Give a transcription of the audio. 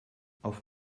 auf